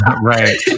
Right